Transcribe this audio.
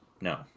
No